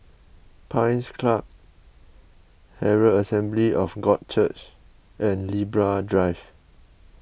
Pines Club Herald Assembly of God Church and Libra Drive